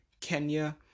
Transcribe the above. Kenya